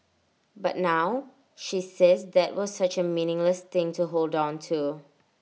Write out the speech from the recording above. but now she says that was such A meaningless thing to hold on to